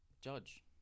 Judge